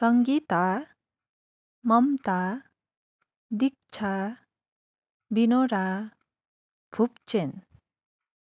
Sangita Mamata Diksha Binora Phupchen